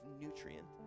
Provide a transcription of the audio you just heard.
nutrient